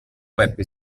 beppe